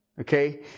okay